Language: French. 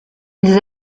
ils